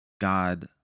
God